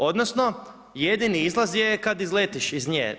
Odnosno, jedini izlaz je kad izletiš iz nje.